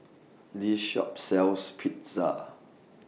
This Shop sells Pizza